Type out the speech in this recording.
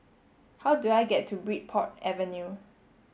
how do I get to Bridport Avenue